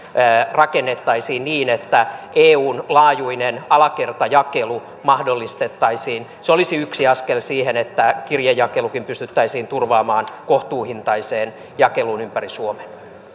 rakennettaisiin niin että eun laajuinen alakertajakelu mahdollistettaisiin se olisi yksi askel siihen että kirjejakelukin pystyttäisiin turvaamaan kohtuuhintaiseen jakeluun ympäri suomen